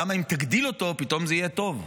למה אם תגדיל אותו פשוט זה יהיה טוב.